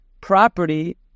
property